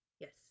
Yes